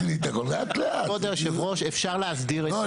כבוד יושב הראש, אפשר להסדיר את זה.